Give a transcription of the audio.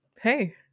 hey